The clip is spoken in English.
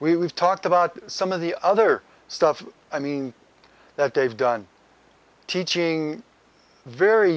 we've talked about some of the other stuff i mean that they've done teaching very